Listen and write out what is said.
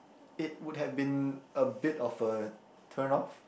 it would have been a bit of a turn off